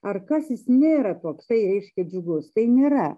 ar kas jis nėra toks reiškia džiugus tai nėra